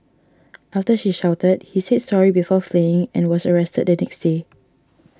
after she shouted he said sorry before fleeing and was arrested the next day